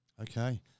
Okay